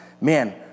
man